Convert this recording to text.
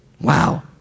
Wow